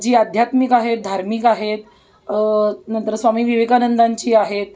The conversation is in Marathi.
जी आध्यात्मिक आहेत धार्मिक आहेत नंतर स्वामी विवेकानंदांची आहेत